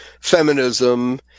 feminism